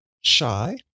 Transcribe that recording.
shy